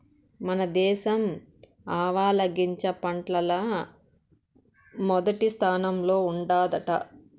మన దేశం ఆవాలగింజ పంటల్ల మొదటి స్థానంలో ఉండాదట